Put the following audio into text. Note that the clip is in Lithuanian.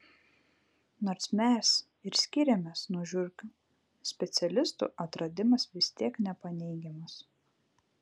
nors mes ir skiriamės nuo žiurkių specialistų atradimas vis tiek nepaneigiamas